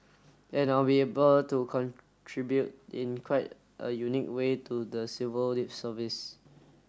and I'll be able to contribute in quite a unique way to the civil service